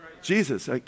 Jesus